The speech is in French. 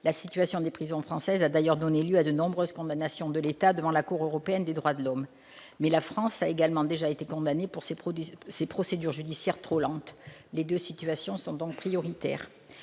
La situation des prisons françaises a d'ailleurs donné lieu à de nombreuses condamnations de l'État devant la Cour européenne des droits de l'homme. Mais la France a également déjà été condamnée pour ses procédures judiciaires trop lentes. Les deux situations sont donc prioritaires.